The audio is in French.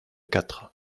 quatre